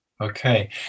Okay